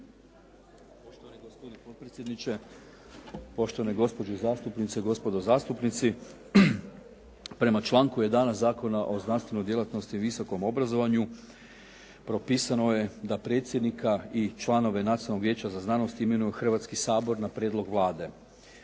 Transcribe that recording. Poštovani gospodine potpredsjedniče, poštovane gospođe i zastupnice, gospodo zastupnici. Prema članku 11. Zakona o znanstvenoj djelatnosti i visokom obrazovanju propisano je da predsjednika i članove Nacionalnog vijeća za znanost imenuje Hrvatski sabor na prijedlog Vlade.